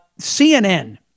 cnn